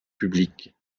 publiques